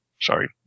Sorry